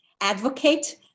advocate